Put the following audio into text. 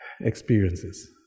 experiences